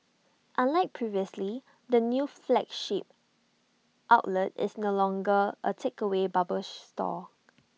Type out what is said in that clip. unlike previously the new flagship outlet is no longer A takeaway bubble store